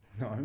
No